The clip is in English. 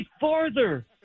farther